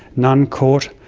none caught,